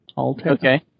Okay